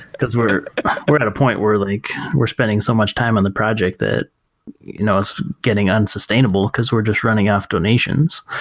because we're we're at a point where like we're spending so much time on the project that you know it's getting unsustainable, because we're just running off donations.